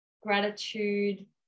gratitude